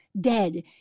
dead